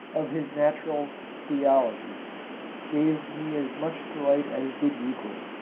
of his natural theology gave me as much delight as did euclid.